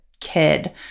kid